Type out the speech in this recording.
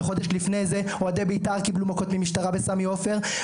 וחודש לפני זה אוהדי בית"ר קיבלו מכות ממשטרה בסמי עופר.